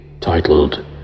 titled